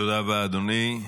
תודה רבה, אדוני.